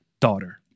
daughter